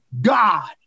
God